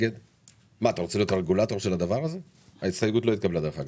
לא אושר ההסתייגות לא התקבלה.